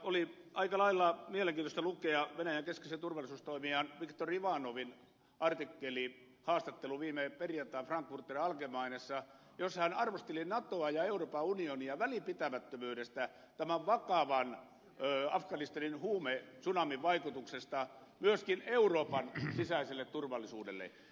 oli aika lailla mielenkiintoista lukea venäjän keskeisen turvallisuustoimijan viktor ivanovin haastattelu viime perjantain frankfurter allgemeinessa jossa hän arvosteli natoa ja euroopan unionia välinpitämättömyydestä tämän vakavan afganistanin huumetsunamin vaikutuksesta myöskin euroopan sisäiseen turvallisuuteen